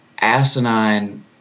asinine